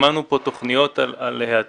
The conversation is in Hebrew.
שמענו כאן תכניות על העתיד